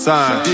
Sign